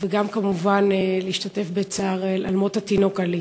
וגם כמובן להשתתף בצער על מות התינוק עלי.